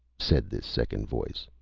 said this second voice.